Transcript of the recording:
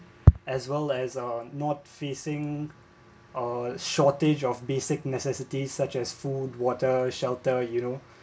as well as a not facing a shortage of basic necessities such as food water shelter you know